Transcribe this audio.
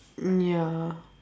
mm ya